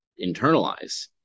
internalize